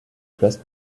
place